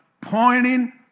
pointing